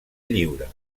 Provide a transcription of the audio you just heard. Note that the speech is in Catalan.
lliure